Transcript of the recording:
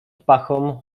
pachą